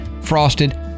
frosted